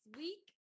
week